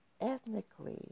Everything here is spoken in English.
ethnically